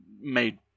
made